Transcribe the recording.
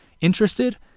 Interested